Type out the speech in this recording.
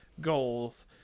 goals